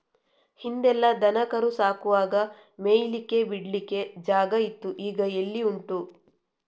ಹಿಂದೆಲ್ಲ ದನ ಕರು ಸಾಕುವಾಗ ಮೇಯ್ಲಿಕ್ಕೆ ಬಿಡ್ಲಿಕ್ಕೆ ಜಾಗ ಇತ್ತು ಈಗ ಎಲ್ಲಿ ಉಂಟು